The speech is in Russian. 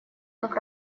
как